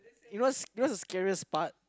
you know what's the scariest part